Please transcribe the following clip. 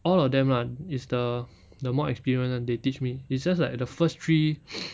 all of them ah is the the more experience [one] they teach me it's just like the first three